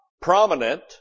prominent